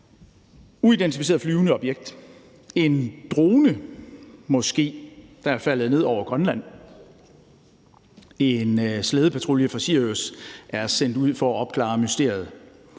uidentificeret flyvende objekt, en drone måske, der er faldet ned over Grønland. En slædepatrulje fra Sirius er sendt ud for at opklare mysteriet.